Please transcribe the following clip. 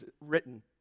written